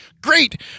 great